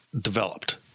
developed